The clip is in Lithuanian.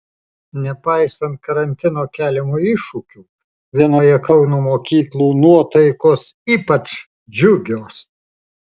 nepaisant karantino keliamų iššūkių vienoje kauno mokyklų nuotaikos ypač džiugios